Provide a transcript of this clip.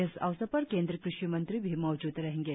इस अवसर पर केंद्रीय कृषि मंत्री भी मौज़द रहेंगे